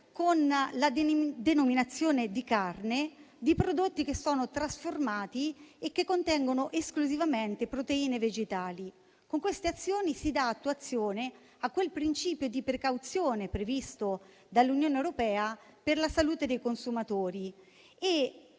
con la denominazione di carne, di prodotti che sono trasformati e che contengono esclusivamente proteine vegetali. Con queste azioni si dà attuazione al principio di precauzione previsto dall'Unione europea per la salute dei consumatori